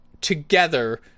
together